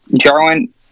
Jarwin –